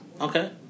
Okay